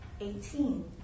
Eighteen